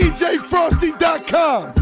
DJFrosty.com